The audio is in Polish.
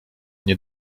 nie